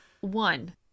One